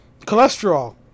Cholesterol